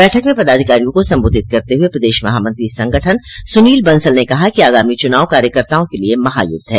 बैठक में पदाधिकारियों को संबोधित करते हुए प्रदेश महामंत्री संगठन सुनील बंसल ने कहा कि आगामी चुनाव कार्यकर्ताओं के लिए महायुद्ध है